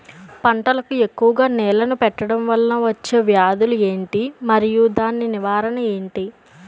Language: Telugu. పంటలకు ఎక్కువుగా నీళ్లను పెట్టడం వలన వచ్చే వ్యాధులు ఏంటి? మరియు దాని నివారణ ఏంటి?